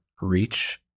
reach